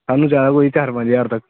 सानू चाही दा कोई चार पंज ज्हार तक